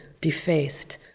defaced